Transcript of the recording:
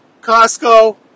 Costco